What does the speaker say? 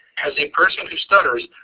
as a person who stutters,